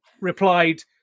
replied